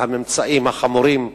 על הממצאים החמורים,